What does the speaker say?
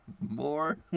more